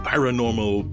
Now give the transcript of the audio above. Paranormal